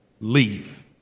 Leave